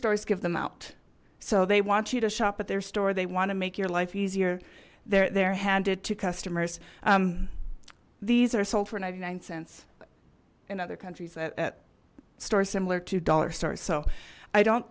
stores give them out so they want you to shop at their store they want to make your life easier there they're handed to customers these are sold for ninety nine cents in other countries that store similar to dollar stores so i don't